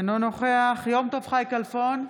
אינו נוכח יום טוב חי כלפון,